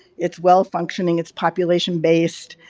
it's well functioning, it's population based.